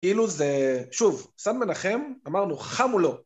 כאילו זה... שוב, קצת מנחם, אמרנו, חם הוא לא.